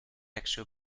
actual